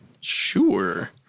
sure